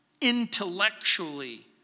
intellectually